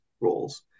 roles